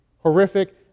horrific